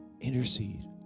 intercede